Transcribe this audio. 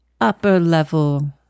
upper-level